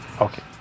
Okay